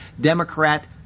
Democrat